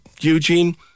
Eugene